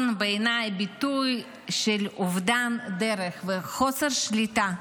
בעיניי הם ביטוי של אובדן דרך וחוסר שליטה.